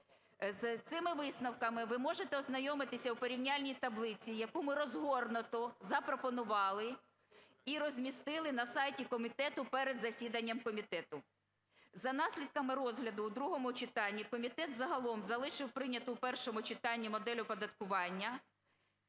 З цими висновками ви можете ознайомитися впорівняльній таблиці, яку ми розгорнуто запропонували і розмістили на сайті комітету, перед засіданням комітету. За наслідками розгляду у другому читанні комітет загалом залишив прийняту в першому читанні модель оподаткування